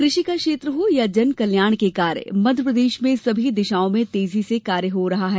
क्रषि का क्षेत्र हो या जनकल्याण के कार्य मध्यप्रदेश में सभी दिशाओं में तेजी से कार्य किया जा रहा है